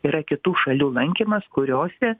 yra kitų šalių lankymas kuriose